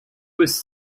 was